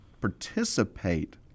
participate